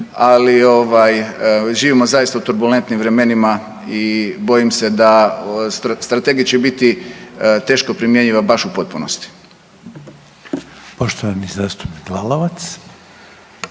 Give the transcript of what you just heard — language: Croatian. ali živimo zaista u turbulentnim vremenima i bojim se da strategija će biti teško primjenjiva baš u potpunosti.